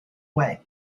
way